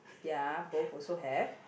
ya both also have